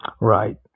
Right